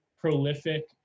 prolific